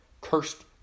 cursed